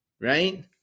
Right